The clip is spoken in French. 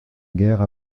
guerre